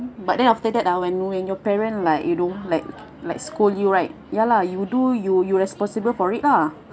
but then after that ah when know already your parent like you know like like scold you right ya lah you do you you responsible for it lah